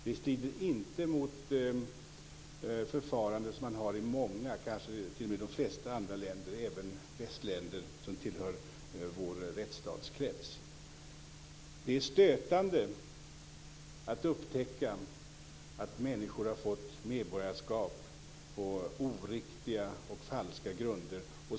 Det strider inte mot det förfarande som man har i många, kanske t.o.m. de flesta andra länder, även västländer som tillhör vår rättsstatskrets. Det är stötande att upptäcka att människor har fått medborgarskap på oriktiga och falska grunder.